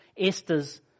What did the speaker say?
Esther's